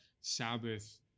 Sabbath